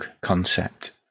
concept